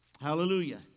Hallelujah